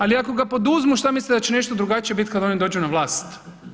Ali ako ga poduzmu što mislite da će nešto drugačije biti kada oni dođu na vlast?